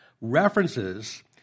references